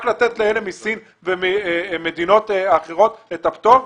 רק לתת לאלה מסין וממדינות אחרות את הפטור?